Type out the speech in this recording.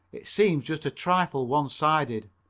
it seems just a trifle one sided.